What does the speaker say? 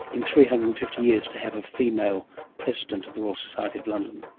in three hundred and fifty years to have a female president of the royal society of london.